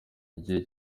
igihe